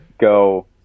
go